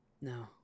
No